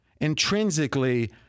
intrinsically